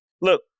look